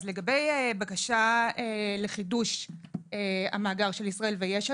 אז לגבי בקשה לחידוש המאגר של ישראל ויש"ע,